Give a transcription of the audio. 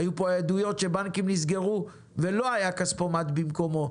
היו פה עדויות שבנקים נסגרו ולא היה כספומט במקומם,